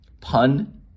Pun